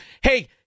Hey